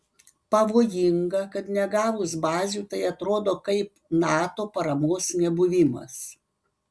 pavojinga kad negavus bazių tai atrodo kaip nato paramos nebuvimas